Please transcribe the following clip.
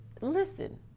listen